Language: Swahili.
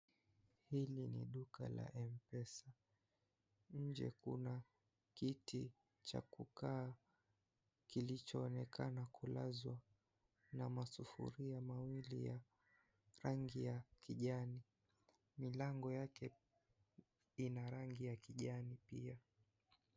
Hili ni duka la mpesa, nje kuna kiti cha kukaa kilichoonekana kulazwa, na masufuria mawili ya rangi ya kijani. Milango yake ina rangi ya miwani pia.